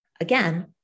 again